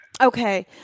Okay